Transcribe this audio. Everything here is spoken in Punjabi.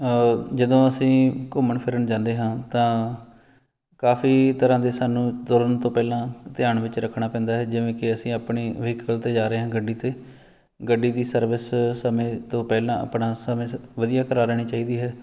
ਜਦੋਂ ਅਸੀਂ ਘੁੰਮਣ ਫਿਰਨ ਜਾਂਦੇ ਹਾਂ ਤਾਂ ਕਾਫੀ ਤਰ੍ਹਾਂ ਦੇ ਸਾਨੂੰ ਤੁਰਨ ਤੋਂ ਪਹਿਲਾਂ ਧਿਆਨ ਵਿੱਚ ਰੱਖਣਾ ਪੈਂਦਾ ਹੈ ਜਿਵੇਂ ਕਿ ਅਸੀਂ ਆਪਣੀ ਵਹੀਕਲ 'ਤੇ ਜਾ ਰਹੇ ਹਾਂ ਗੱਡੀ 'ਤੇ ਗੱਡੀ ਦੀ ਸਰਵਿਸ ਸਮੇਂ ਤੋਂ ਪਹਿਲਾਂ ਆਪਣਾ ਸਮੇਂ ਸਿ ਵਧੀਆ ਕਰਾ ਲੈਣੀ ਚਾਹੀਦੀ ਹੈ